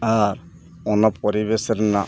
ᱟᱨ ᱚᱱᱟ ᱯᱚᱨᱤᱵᱮᱥ ᱨᱮᱱᱟᱜ